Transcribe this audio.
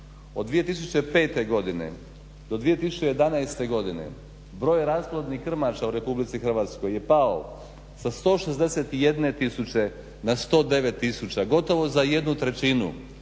Od 2005. godine do 2011. godine broj rasplodnih krmača u RH je pao sa 161 tisuće na 109 tisuća, gotovo za jednu trećinu